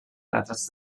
retrats